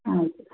ಆಯಿತು